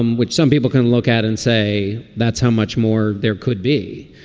um which some people can look at and say that's how much more there could be.